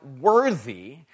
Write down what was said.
worthy